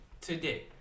today